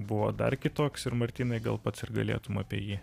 buvo dar kitoks ir martynai gal pats ir galėtumei apie jį